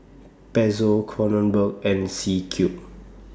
Pezzo Kronenbourg and C Cube